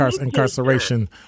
incarceration